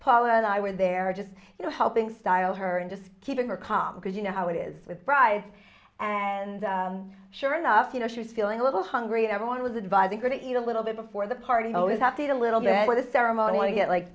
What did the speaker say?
paul and i were there just you know helping style her and just keeping her calm because you know how it is with bride and sure enough you know she's feeling a little hungry and everyone was advised to go to eat a little bit before the party always have to eat a little bit of the ceremony want to get like